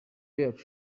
yacu